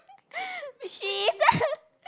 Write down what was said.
she isn't